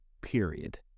period